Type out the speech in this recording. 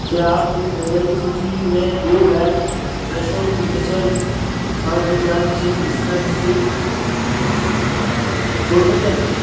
क्या आप मेरी ख़रीददारी की सूची में दो bag Fresho signature parmesan cheese snack stick जोड़ सकते हैं